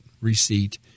receipt